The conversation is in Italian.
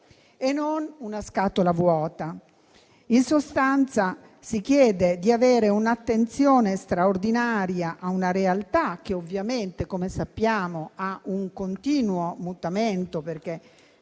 e non una scatola vuota. In sostanza, si chiede di porre un'attenzione straordinaria su una realtà che ovviamente, come sappiamo, è in continuo mutamento, perché